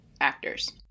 actors